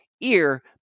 ear